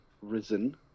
risen